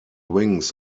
wings